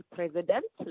President